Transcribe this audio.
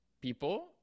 people